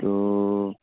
तो